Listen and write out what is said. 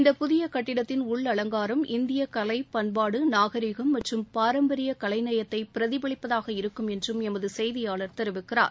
இந்த புதிய கட்டிடத்தின் உள் அவங்காரத்தில் இந்திய கலை பண்பாடு நாகரீகம் பாரம்பரிய கலைநயமிக்கதாக இருக்கும் என்றும் எமது செய்தியாளர் தெரிவிக்கிறார்